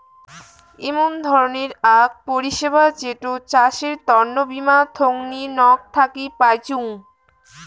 এমন ধরণের আক পরিষেবা যেটো চাষের তন্ন বীমা থোঙনি নক থাকি পাইচুঙ